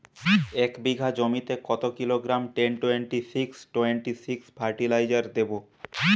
এক বিঘা জমিতে কত kilogram ten twenty six twenty six fertiliser দেবো?